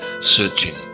searching